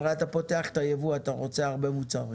אתה פותח את היבוא, אתה רוצה הרבה מוצרים